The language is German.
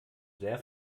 sehr